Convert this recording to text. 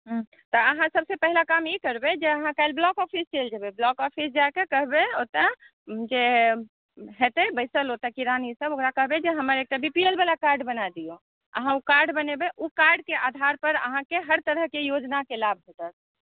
हुँ तऽ अहाँ सभसे पहला काम ई करबै जे अहाँ काल्हि ब्लॉक ऑफिस चलि जेबै ब्लॉक ऑफिस जाकेँ कहबै ओतऽ जे हेतै बैसल किरानी सभ ओकरा कहबै जे बी पी एल वाला कार्ड बना दियौ अहाँ ओ कार्ड बनेबै ओ कार्डके आधार पर अहाँकेँ हर तरहके योजनाके लाभ भेटत